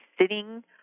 sitting